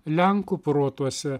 lenkų protuose